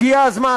הגיע הזמן,